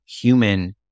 human